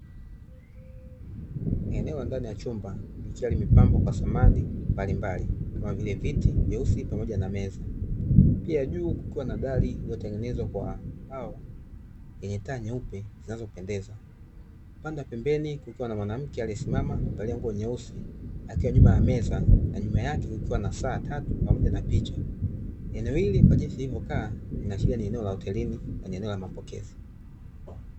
Eneo la ndani la chumba likiwa limepambwa kwa samani mbalimbali kama vile viti vyeusi pamoja na meza, pia kwa juu kukiwa na dari lililotengenezwa kwa mbao lenye taa nyeupe zinazopendeza, upande wa pembeni kukiwa na mwanamke aliesimama akivalia nguo nyeusi akiwa nyuma ya meza na nyuma yake kukiwa na sasa tatu pamoja na picha. Eneo hili kwajinsi lilivyokaa linaashiria ni eneo la hoteli na ni eneo la mapokezi.